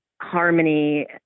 harmony